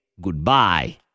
goodbye